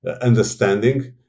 understanding